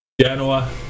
Genoa